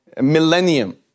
millennium